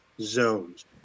zones